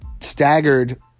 staggered